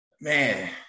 man